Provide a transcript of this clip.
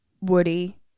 Woody